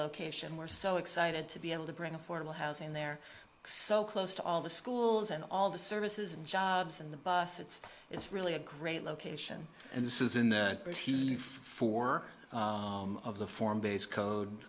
location we're so excited to be able to bring affordable housing there so close to all the schools and all the services and jobs and the bus it's it's really a great location and this is in the new for of the form base code